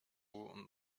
und